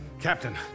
Captain